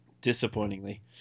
Disappointingly